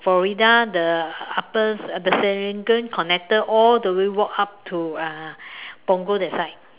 Florida the upper the Serangoon connector all the way walk up to uh Punggol that side